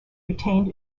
retained